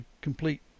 complete